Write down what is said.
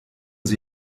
sie